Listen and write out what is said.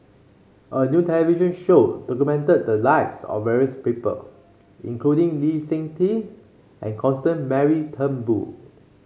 a new television show documented the lives of various people including Lee Seng Tee and Constance Mary Turnbull